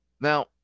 Now